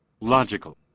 Logical